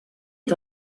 est